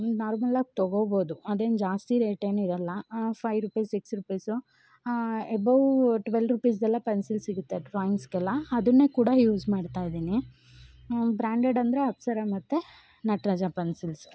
ನಾರ್ಮಲಾಗಿ ತೊಗೋಬೌದು ಅದೇನು ಜಾಸ್ತಿ ರೇಟ್ ಏನಿರೋಲ್ಲ five rupees six rupees above twelve ರೂಪೀಸ್ದೆಲ್ಲ ಪೆನ್ಸಿಲ್ ಸಿಗುತ್ತೆ ಡ್ರಾಯಿಂಗ್ಸ್ಗೆಲ್ಲ ಅದನ್ನೇ ಕೂಡ ಯೂಸ್ ಮಾಡ್ತಾ ಇದ್ದೀನಿ ಬ್ರ್ಯಾಂಡೆಡ್ ಅಂದ್ರೆ ಅಪ್ಸರ ಮತ್ತು ನಟ್ರಾಜ ಪೆನ್ಸಿಲ್ಸ್